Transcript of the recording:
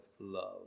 love